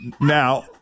Now